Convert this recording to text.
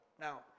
Now